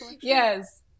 Yes